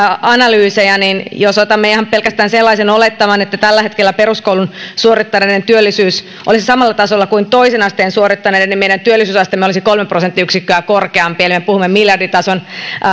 analyyseja niin jos otamme ihan pelkästään sellaisen olettaman että tällä hetkellä peruskoulun suorittaneiden työllisyys olisi samalla tasolla kuin toisen asteen suorittaneiden niin meidän työllisyysasteemme olisi kolme prosenttiyksikköä korkeampi eli me puhumme miljarditason